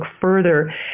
further